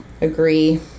agree